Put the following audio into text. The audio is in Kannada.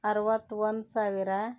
ಅರುವತ್ತೊಂದು ಸಾವಿರ